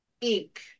ink